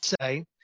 say